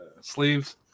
sleeves